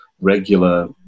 regular